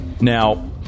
Now